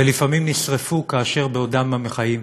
ולפעמים נשרפו בעודם בחיים,